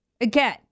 Again